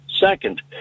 Second